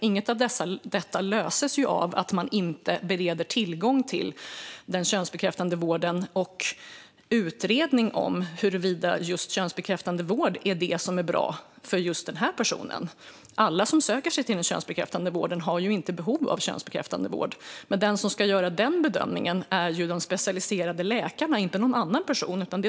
Inget av detta löses av att man inte bereds tillgång till könsbekräftande vård eller utredning av huruvida just könsbekräftande vård är det som är bra för just den här personen. Alla som söker sig till den könsbekräftande vården har ju inte behov av könsbekräftande vård. Men den som ska göra den bedömningen är de specialiserade läkarna, inte någon annan.